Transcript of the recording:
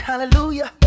Hallelujah